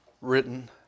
written